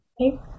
Okay